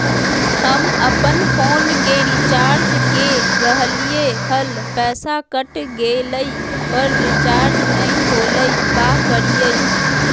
हम अपन फोन के रिचार्ज के रहलिय हल, पैसा कट गेलई, पर रिचार्ज नई होलई, का करियई?